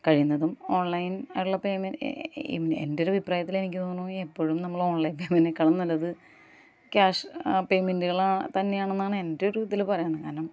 കഴിയുന്നതും ഓൺലൈൻ ആയിട്ടുള്ള പേയ്മെ എൻ്റെ ഒരഭിപ്രായത്തിലെനിക്ക് തോന്നുന്നു എപ്പോളും നമ്മൾ ഓൺലൈൻ പേയ്മെൻറ്റിനേക്കാളും നല്ലത് ക്യാഷ് പേയ്മെൻറുകളാണ് തന്നെയാണെന്നാണ് എൻ്റെ ഒരിതിൽ പറയുകയാണ് കാരണം